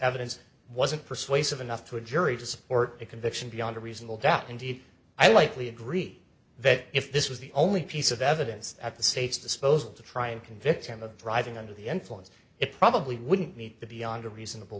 evidence wasn't persuasive enough to a jury to support a conviction beyond a reasonable doubt indeed i likely agree that if this was the only piece of evidence at the state's disposal to try and convict him of driving under the influence it probably wouldn't meet the beyond a reasonable